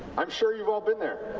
um sure you have all been there.